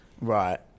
right